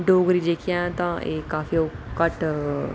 डोगरी जेह्की ऐ ते एह् काफी घट्ट